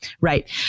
right